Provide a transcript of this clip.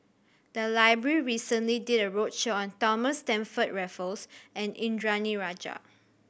the library recently did a roadshow on Thomas Stamford Raffles and Indranee Rajah